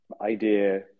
idea